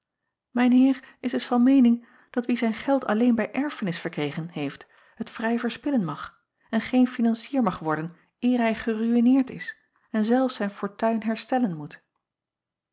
mijn eer is dus van meening dat wie zijn geld alleen bij erfenis verkregen heeft het vrij verspillen mag en geen financier mag worden eer hij geruïneerd is en zelf zijn fortuin herstellen moet